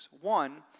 One